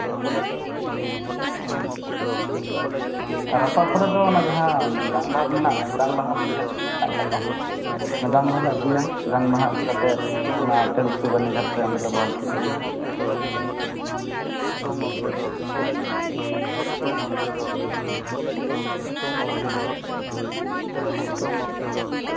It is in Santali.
ᱨᱟᱯᱟᱜ ᱯᱚᱨᱮ ᱫᱚ ᱚᱱᱟ ᱡᱟᱦᱟᱸ ᱡᱟᱝ ᱵᱟᱦᱟ ᱢᱮᱱᱟᱜ ᱡᱟᱝ ᱵᱟᱦᱟ ᱢᱮᱱᱟᱜ ᱠᱟᱫ ᱫᱚ ᱚᱱᱟ ᱡᱟᱝ ᱵᱟᱦᱟ ᱞᱮ ᱟᱹᱜᱩᱭᱟ ᱡᱟᱝ ᱵᱟᱦᱟ ᱟᱹᱜᱩ ᱠᱟᱛᱮᱫ ᱚᱱᱟ ᱛᱮᱹᱞᱠᱩᱯᱤ ᱵᱟᱹᱨᱱᱤᱜᱷᱟᱴᱛᱮ ᱚᱸᱰᱮᱞᱮ ᱵᱳᱦᱮᱞ ᱦᱚᱴᱚ ᱠᱟᱜᱼᱟ